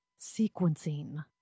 sequencing